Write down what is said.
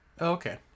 okay